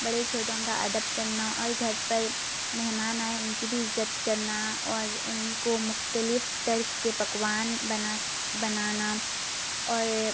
بڑے چھوٹوں کا ادب کرنا اور گھر پر مہمان آئیں اُن کی بھی عزت کرنا اور اُن کو مختلف طرز کے پکوان بنا بنانا اور